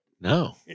No